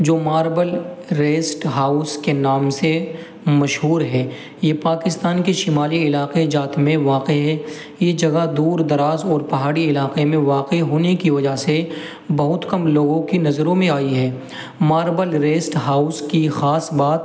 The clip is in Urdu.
جو ماربل ریسٹ ہاؤس کے نام سے مشہور ہے یہ پاکستان کی شمالی علاقہ جات میں واقع ہے یہ جگہ دور دراز اور پہاڑی علاقہ میں واقع ہونے کی وجہ سے بہت کم لوگوں کی نظروں میں آئی ہے ماربل ریسٹ ہاؤس کی خاص بات